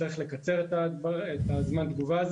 צריך לקצר את זמן התגובה.